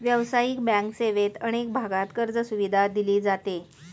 व्यावसायिक बँक सेवेत अनेक भागांत कर्जसुविधा दिली जाते